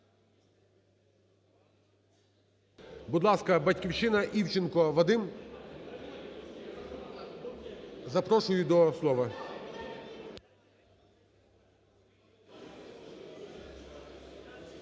Будь ласка, "Батьківщина", Івченко Вадим, запрошую до слова.